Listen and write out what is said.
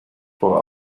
voor